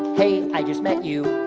hey, i just met you,